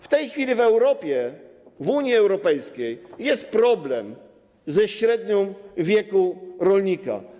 W tej chwili w Europie, w Unii Europejskiej jest problem ze średnią wieku rolnika.